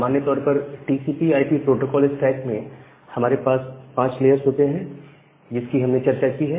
सामान्य तौर पर टीसीपी आईपी प्रोटोकोल स्टैक में हमारे पास 5 लेयर्स होते हैं जिसकी हमने चर्चा की है